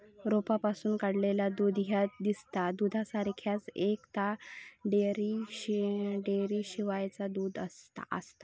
रोपांपासून काढलेला दूध ह्या दिसता दुधासारख्याच, पण ता डेअरीशिवायचा दूध आसता